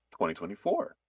2024